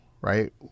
right